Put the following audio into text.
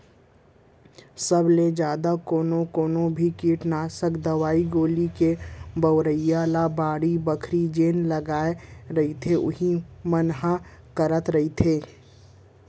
सब ले जादा कोनो कोनो भी कीटनासक दवई गोली के बउरई ल बाड़ी बखरी जेन लगाय रहिथे उही मन ह करत रहिथे